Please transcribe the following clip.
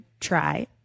try